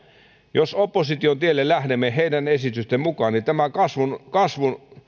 jos opposition tielle lähdemme heidän esitystensä mukaan tämä kasvun